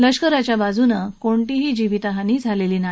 लष्कराच्या बाजूनं कोणतीही जीवितहानी झालेली नाही